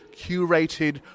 curated